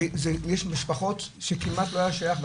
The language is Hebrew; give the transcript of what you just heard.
יש משפחות שכמעט לא שייך,